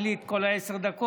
אין לי את כל עשר הדקות,